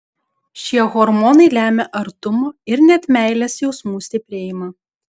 šie hormonai lemia artumo ir net meilės jausmų stiprėjimą